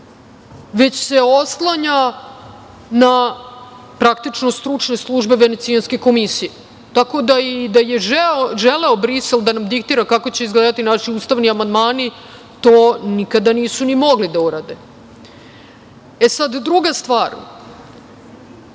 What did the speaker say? već se oslanja na praktično stručne službe Venecijanske komisije. Tako da je i želeo Brisel da nam diktira kako će izgledati naši ustavni amandmani to nikada nisu ni mogli da urade. Druga stvar,